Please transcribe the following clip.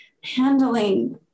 handling